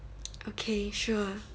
okay sure